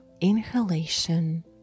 inhalation